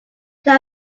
there